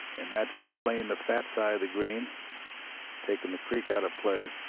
and that's playing the fat side of the green taking the creek out of play.